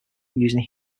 using